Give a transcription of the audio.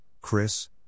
Chris